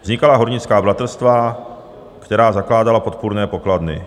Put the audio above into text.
Vznikala hornická bratrstva, která zakládala podpůrné pokladny.